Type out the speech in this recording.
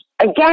again